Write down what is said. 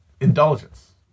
indulgence